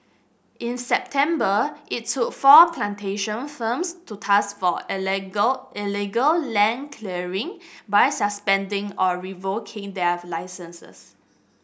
in September it took four plantation firms to task for illegal land clearing by suspending or revoking their licences